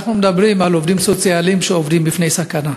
אנחנו מדברים על עובדים סוציאליים שעומדים בפני סכנה.